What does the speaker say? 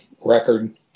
record